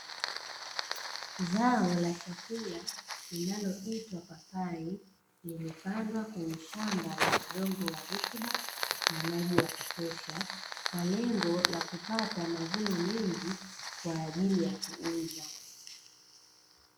Zao la chakula linaloitwa papai limepandwa kwenye shamba la udongo wa rutuba na maji ya kutosha, kwa lengo la kupata mavuno mengi kwa ajili ya kuuza.